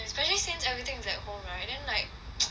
especially since everything at home right then like